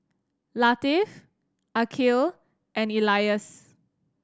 Latif Aqil and Elyas